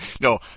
no